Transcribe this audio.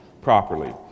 properly